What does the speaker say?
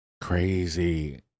Crazy